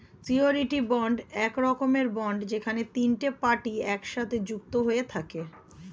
surety bond এক রকমের bond যেখানে তিনটে পার্টি একসাথে যুক্ত হয়ে থাকে